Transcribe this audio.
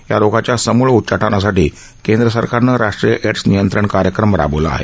या रोगाच्या समूळ उच्चाटनासाठी केंद्र सरकारने राष्ट्रीय एड्स नियंत्रण कार्यक्रम राबविला आहे